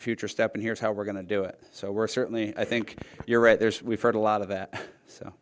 future step and here's how we're going to do it so we're certainly i think you're right there's we've heard a lot of that so